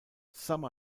some